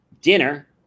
dinner